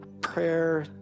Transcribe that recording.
prayer